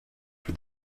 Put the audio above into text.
for